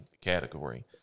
category